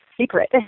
secret